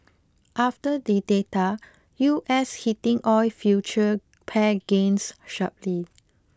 after the data U S heating oil future pared gains sharply